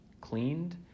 cleaned